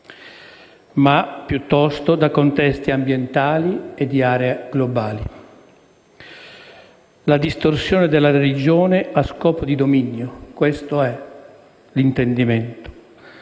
piuttosto da contesti ambientali e di area globali. La distorsione della religione a scopi di dominio: questo è l'intendimento